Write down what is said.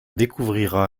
découvrira